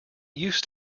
used